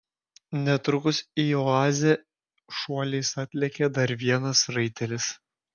netrukus į oazę šuoliais atlėkė dar vienas raitelis